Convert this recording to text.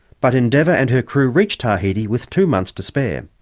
but endeavour and her crew reached tahiti with two months to spare.